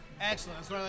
Excellent